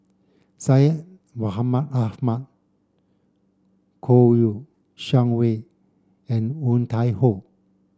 Syed Mohamed Ahmed Kouo Shang Wei and Woon Tai Ho